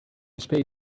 spade